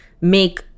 make